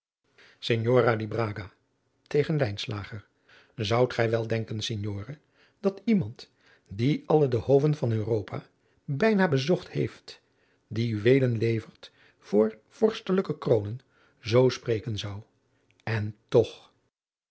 lijnslager zoudt gij wel denken signore dat iemand die alle de hoven van europa bijna bezocht heeft die juweelen levert voor vorstelijke kroonen zoo spreken zou en toch